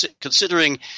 considering